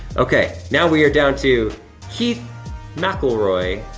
okay, now we are down to keith mcelroy.